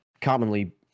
commonly